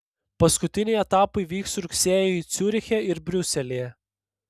paskutiniai etapai vyks rugsėjį ciuriche ir briuselyje